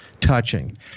touching